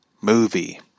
movie